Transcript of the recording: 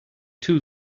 two